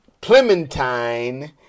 Clementine